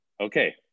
Okay